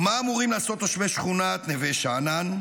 ומה אמורים לעשות תושבי שכונת נווה שאנן,